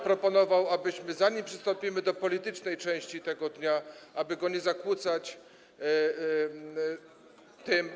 Proponowałbym, zanim przystąpimy do politycznej części tego dnia, aby go nie zakłócać tym.